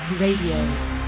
Radio